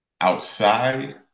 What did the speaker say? outside